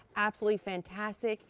absolutely fantastic.